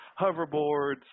hoverboards